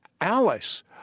Alice